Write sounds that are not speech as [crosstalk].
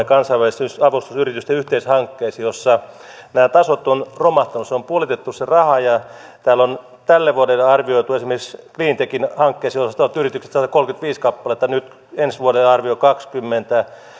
[unintelligible] kansainvälistymisavustus yritysten yhteishankkeisiin jossa nämä tasot ovat romahtaneet se raha on puolitettu täällä on esimerkiksi tälle vuodelle arvioitu cleantechin hankkeisiin osallistuvat yritykset satakolmekymmentäviisi kappaletta nyt ensi vuoden arvio kaksikymmentä